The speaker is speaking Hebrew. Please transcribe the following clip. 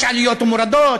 יש עליות ומורדות,